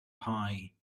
pie